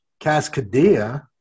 Cascadia